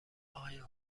اقای